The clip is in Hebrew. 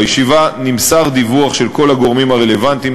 בישיבה נמסר דיווח של כל הגורמים הרלוונטיים,